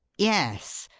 yes.